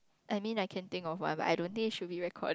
I mean I can think of one lah I don't think it should be record